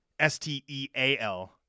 S-T-E-A-L